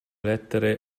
lettere